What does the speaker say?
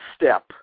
step